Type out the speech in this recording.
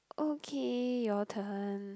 okay your turn